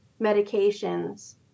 medications